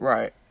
Right